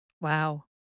Wow